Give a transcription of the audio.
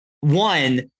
one